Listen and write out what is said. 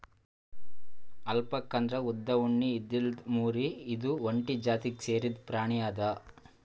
alpaca ಅಂದ್ರ ಉದ್ದ್ ಉಣ್ಣೆ ಇದ್ದಿದ್ ಲ್ಲಾಮ್ಕುರಿ ಇದು ಒಂಟಿ ಜಾತಿಗ್ ಸೇರಿದ್ ಪ್ರಾಣಿ ಅದಾ